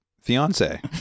fiance